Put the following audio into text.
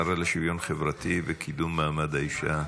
השרה לשוויון חברתי וקידום מעמד האישה,